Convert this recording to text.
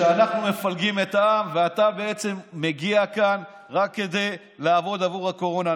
שאנחנו מפלגים את העם ושאתה בעצם מגיע לכאן רק כדי לעבוד עבור הקורונה.